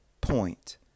point